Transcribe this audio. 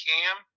Cam